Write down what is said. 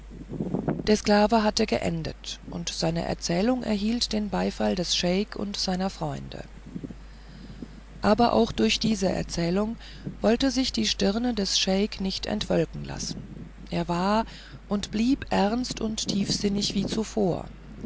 der sklave hatte geendet und seine erzählung erhielt den beifall des scheik und seiner freunde aber auch durch diese erzählung wollte sich die stirne des scheik nicht entwölken lassen er war und blieb ernst und tiefsinnig wie zuvor